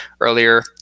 earlier